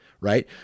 Right